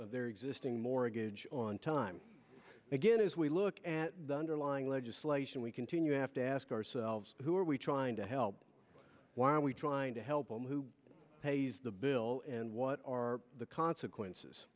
their existing mortgage on time again as we look at the underlying legislation we continue to have to ask ourselves who are we trying to help why are we trying to help them who pays the bill and what are the consequences